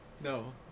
No